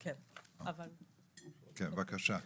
כן, בבקשה.